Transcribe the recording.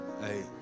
Hey